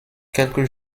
quelques